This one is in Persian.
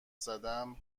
زدم